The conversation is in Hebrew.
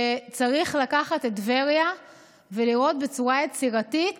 שצריך לקחת את טבריה ולראות בצורה יצירתית